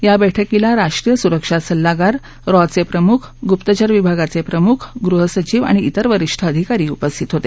या बैठकीला राष्ट्रीय सुरक्षा सल्लागार रॉचे प्रमुख गुप्तचर विभागाचे प्रमुख गृहसचिव आणि त्रेर वरिष्ठ अधिकारी उपस्थित होते